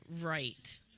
right